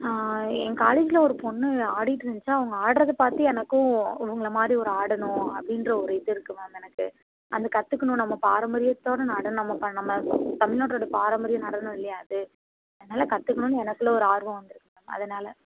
என் காலேஜில் ஒரு பொண்ணு ஆடிட்டு இருந்துச்சா அவங்க ஆடுறத பார்த்து எனக்கும் அவங்கள மாதிரி ஒரு ஆடணும் அப்படின்ற ஒரு இது இருக்குது மேம் எனக்கு அதை கற்றுக்கணும் நம்ம பரம்பரியத்தோடய நடனம் நம்ம ப நம்ம தமிழ்நாட்டோடய பாரம்பரியம் நடனம் இல்லையா அது அதனால் கற்றுக்கணும்னு எனக்குள்ளே ஒரு ஆர்வம் வந்துருக்குது மேம் அதனால்